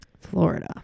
Florida